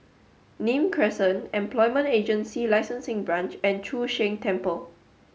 Nim Crescent Employment Agency Licensing Branch and Chu Sheng Temple